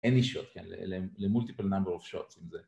איני שוט, למולטיפל נמבר of shots עם זה